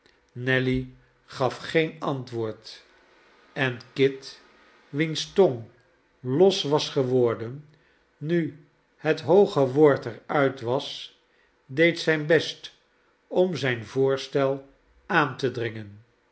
nelly gaf geen antwoord en kit wiens tong los was geworden nu het hooge woord er uit was deed zijn best om zijn voorstel aan te dringen